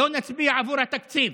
לא נצביע עבור התקציב.